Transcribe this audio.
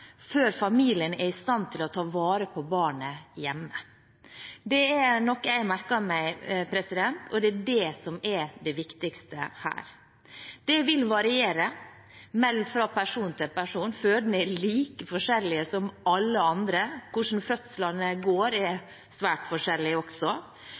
før familien er i stand til å ta vare på barnet hjemme.» Det er noe jeg har merket meg, og det er det som er det viktigste her. Det vil variere fra person til person. Fødende er like forskjellige som alle andre. Hvordan fødslene går,